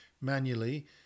manually